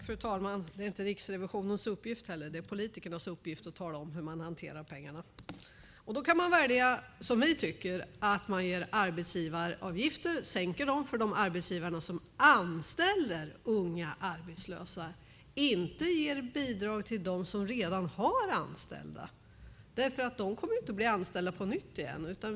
Fru talman! Det är inte Riksrevisionens uppgift; det är politikernas uppgift att tala om hur man hanterar pengarna. Man kan välja att sänka arbetsgivaravgifterna för de arbetsgivare som anställer unga arbetslösa och inte ge bidrag till dem som redan har anställda - de kommer ju inte att bli anställda på nytt.